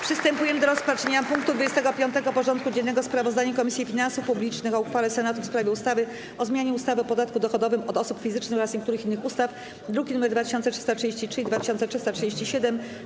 Przystępujemy do rozpatrzenia punktu 25. porządku dziennego: Sprawozdanie Komisji Finansów Publicznych o uchwale Senatu w sprawie ustawy o zmianie ustawy o podatku dochodowym od osób fizycznych oraz niektórych innych ustaw (druki nr 2333 i 2337)